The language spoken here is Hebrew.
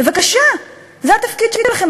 בבקשה, זה התפקיד שלכם.